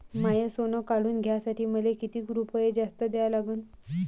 माय सोनं काढून घ्यासाठी मले कितीक रुपये जास्त द्या लागन?